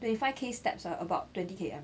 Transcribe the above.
twenty five K steps are about twenty K_M